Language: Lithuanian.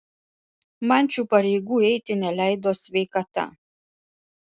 man šių pareigų eiti neleido sveikata